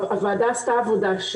הוועדה עשתה עבודה,